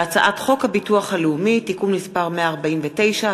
הצעת חוק הביטוח הלאומי (תיקון מס' 149),